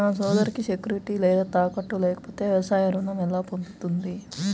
నా సోదరికి సెక్యూరిటీ లేదా తాకట్టు లేకపోతే వ్యవసాయ రుణం ఎలా పొందుతుంది?